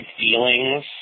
feelings